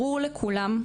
ברור לכולם,